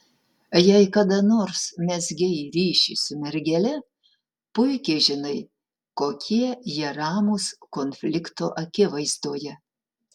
jei kada nors mezgei ryšį su mergele puikiai žinai kokie jie ramūs konflikto akivaizdoje